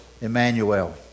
Emmanuel